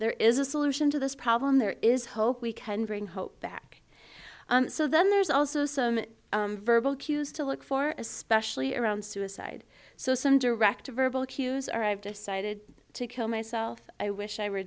there is a solution to this problem there is hope we can bring hope back so then there's also some verbal cues to look for especially around suicide so some direct to verbal cues are i've decided to kill myself i wish i were